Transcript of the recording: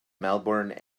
melbourne